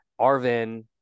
Arvin